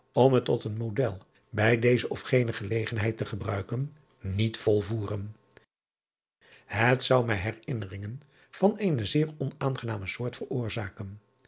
het tot een model bij deze of gene gelegenheid te gebruiken niet volvoeren et zou mij herinneringen van eene zeer onaangename soort veroorzaken